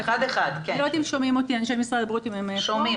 אני לא יודעת אם אנשי משרד הבריאות שומעים